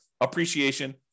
appreciation